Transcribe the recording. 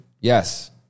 Yes